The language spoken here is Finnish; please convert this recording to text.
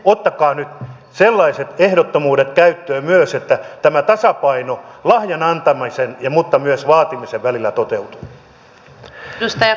ottakaa nyt sellaiset ehdottomuudet käyttöön myös että tämä tasapaino lahjan antamisen mutta myös vaatimisen välillä toteutuu